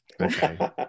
okay